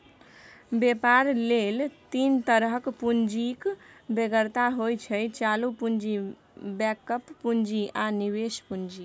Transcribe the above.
बेपार लेल तीन तरहक पुंजीक बेगरता होइ छै चालु पुंजी, बैकअप पुंजी आ निबेश पुंजी